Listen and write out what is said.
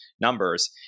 numbers